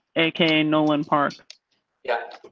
a nolan park yeah,